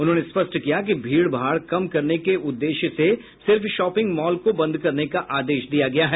उन्होंने स्पष्ट किया कि भीड़ भाड़ कम करने के उद्देश्य से सिर्फ शॉपिंग मॉल को बंद करने का आदेश दिया गया है